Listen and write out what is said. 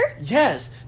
Yes